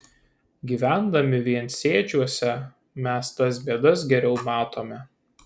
gyvendami viensėdžiuose mes tas bėdas geriau matome